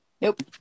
Nope